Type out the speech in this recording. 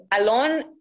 alone